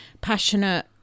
passionate